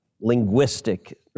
linguistic